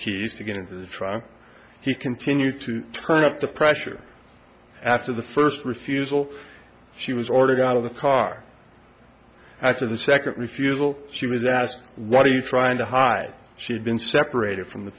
keys to get into the trunk he continued to turn up the pressure after the first refusal she was ordered out of the car after the second refusal she was asked what are you trying to hide she had been separated from the